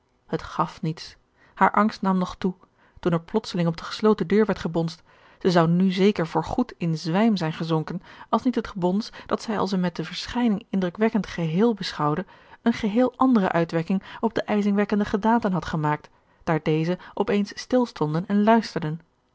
het gaf niets haar angst nam nog toe toen er plotseling op de gesloten deur werd gebonsd zij zou nu zeker voor goed in zwijm zijn gezonken als niet het gebons dat zij als een met de verschijning indrukwekkend geheel beschouwde eene geheel andere uitwerking op de ijzingwekkende gedaanten had gemaakt daar deze op eens stilstonden en luisterden